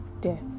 death